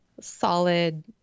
solid